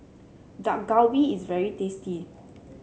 Dak Galbi is very tasty